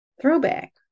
throwback